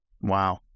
Wow